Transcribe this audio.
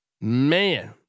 Man